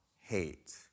hate